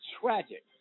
tragic